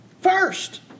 First